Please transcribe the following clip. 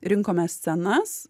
rinkomės scenas